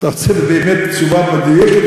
אתה רוצה באמת תשובה מדויקת,